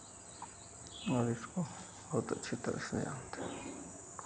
और इसको बहुत अच्छी तरह से जानते हैं